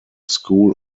school